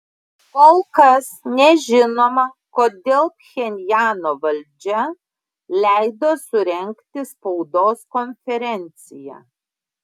kol kas nežinoma kodėl pchenjano valdžia leido surengti spaudos konferenciją